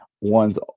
One's